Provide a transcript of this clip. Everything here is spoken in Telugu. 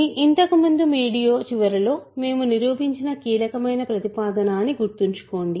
ఇది ఇంతకు ముందు వీడియో చివరిలో మేము నిరూపించిన కీలకమైన ప్రతిపాదన అని గుర్తుంచుకోండి